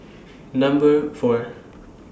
Number four